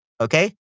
Okay